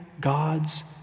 God's